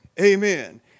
Amen